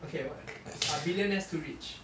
okay what are billionaires too rich